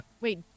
Wait